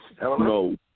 No